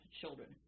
children